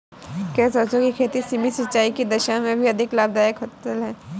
क्या सरसों की खेती सीमित सिंचाई की दशा में भी अधिक लाभदायक फसल है?